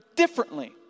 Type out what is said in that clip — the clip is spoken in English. differently